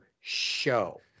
show